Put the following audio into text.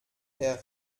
herr